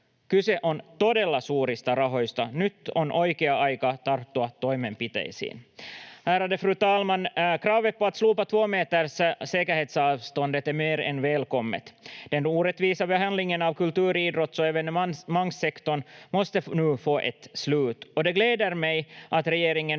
Kyse on todella suurista rahoista. Nyt on oikea aika tarttua toimenpiteisiin. Ärade fru talman! Kravet på att slopa två meters säkerhetsavstånd är mer än välkommet. Den orättvisa behandlingen av kultur‑, idrotts‑ och evenemangssektorn måste nu få ett slut. Och det gläder mig att regeringen